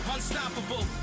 Unstoppable